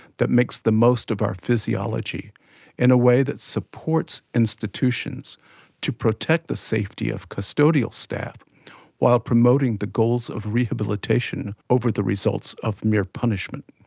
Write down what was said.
that makes the most of our physiology in a way that supports institutions to protect the safety of custodial staff while promoting the goals of rehabilitation over the results of mere punishment.